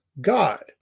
God